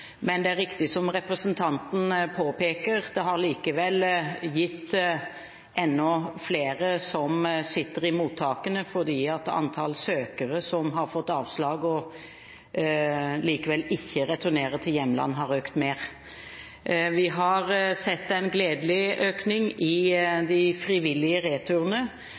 men det er riktig som representanten påpeker: Det har likevel gitt enda flere som sitter i mottakene, fordi antallet søkere som har fått avslag og likevel ikke returnerer til hjemlandet, har økt mer. Vi har sett en gledelig økning i de frivillige returene,